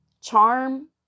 charm